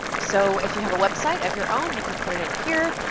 so if you have a website of your own you can put it in here,